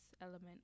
element